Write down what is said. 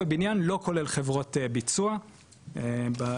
בתחום הפיקדון הם ממופים בנפרד.